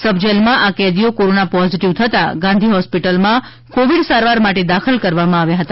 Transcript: સબ જેલમાં આ કેદીઓ કોરોના પોઝિટિવ થતાં ગાંધી હોસ્પિટલમાં કોવિડ સારવાર માટે દાખલ કરવામાં આવ્યા હતા